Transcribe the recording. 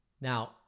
Now